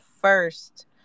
first